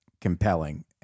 compelling